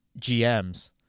GMs